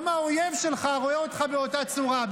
גם האויב שלך רואה אותך באותה צורה,